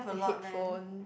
a headphone